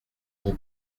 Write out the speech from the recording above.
vous